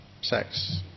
sex